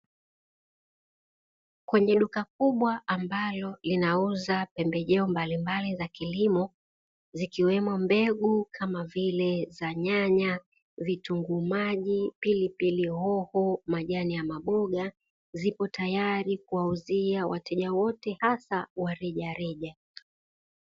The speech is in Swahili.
Kwenye duka kubwa ambalo linauza pembejeo mbalimbali za kilimo zikiwemo mbegu kama vile za nyanya, vitunguu maji, pilipili hoho na majani ya maboga zipo tayari kuwauzia wateja wote hasa wa rejareja.